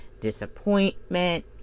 disappointment